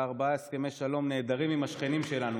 ארבעה הסכמי שלום נהדרים עם השכנים שלנו.